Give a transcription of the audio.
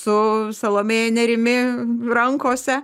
su salomėja nėrimi rankose